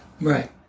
Right